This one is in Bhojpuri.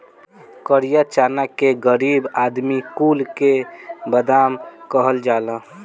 करिया चना के गरीब आदमी कुल के बादाम कहल जाला